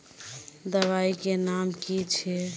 दबाई के नाम की छिए?